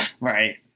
right